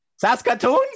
saskatoon